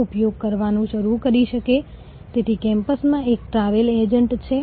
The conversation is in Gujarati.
આ જ મુદ્દાઓની આ સ્લાઇડ અને નીચેની સ્લાઇડમાં વધુ વિગતવાર ચર્ચા કરવામાં આવી છે